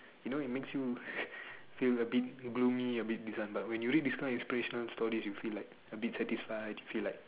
you know its makes you feel abit gloomy abit this one but when you read this one inspiration story you feel like abit satisfied feel like